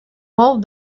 molt